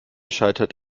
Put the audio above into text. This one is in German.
scheitert